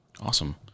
Awesome